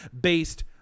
based